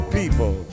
people